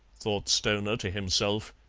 thought stoner to himself,